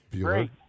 Great